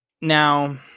Now